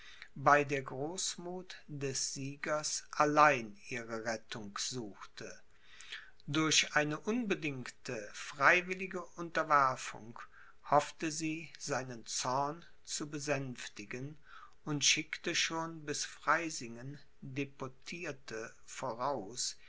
bei der großmuth des siegers allein ihre rettung suchte durch eine unbedingte freiwillige unterwerfung hoffte sie seinen zorn zu besänftigen und schickte schon bis freysingen deputierte voraus